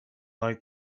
like